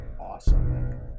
Awesome